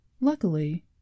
Luckily